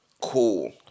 cool